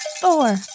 four